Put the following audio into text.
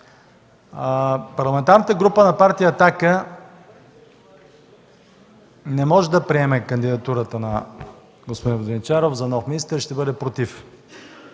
Парламентарна група на партия „Атака” не може да приеме кандидатурата на господин Воденичаров за нов министър. Ще бъде „против”.